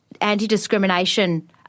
anti-discrimination